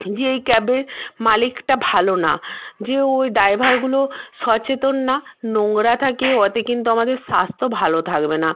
যে এই ক্যাবে মালিকটা ভালো না যে ওই ড্রাইভারগুলো সচেতন না নোংরা থাকে ওতে কিন্তু আমাদের স্বাস্থ্য ভালো থাকবে না